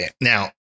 Now